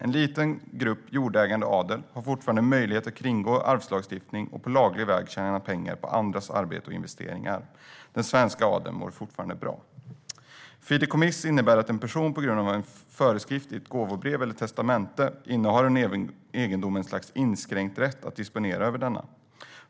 En liten grupp jordägande adel har fortfarande möjlighet att kringgå arvslagstiftning och på laglig väg tjäna pengar på andras arbete och investeringar. Den svenska adeln mår fortfarande bra. Fideikommiss innebär att en person på grund av en föreskrift i ett gåvobrev eller testamente innehar i egendomen ett slags inskränkt rätt att disponera över den.